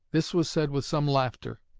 this was said with some laughter,